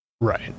Right